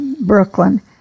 Brooklyn